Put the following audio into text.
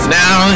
now